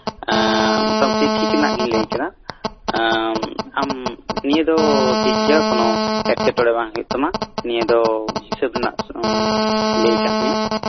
ᱮᱜ ᱢᱳᱴᱟᱢᱩᱴᱤ ᱴᱷᱤᱠ ᱨᱮᱱᱟᱜ ᱜᱤᱧ ᱞᱟᱹᱭ ᱠᱟᱫᱟ ᱮᱜ ᱟᱢ ᱤᱭᱟᱹ ᱫᱚ ᱴᱷᱤᱠ ᱜᱮᱭᱟ ᱠᱳᱱᱳ ᱮᱸᱴᱠᱮᱴᱚᱲᱮ ᱵᱟᱝ ᱦᱩᱭᱩᱜ ᱛᱟᱢᱟ ᱱᱤᱭᱟᱹ ᱫᱚ ᱦᱤᱥᱟᱹᱵᱽ ᱨᱮᱭᱟᱜ ᱥᱩᱢᱩᱱ ᱞᱟᱹᱭ ᱠᱟᱜ ᱢᱮᱭᱟ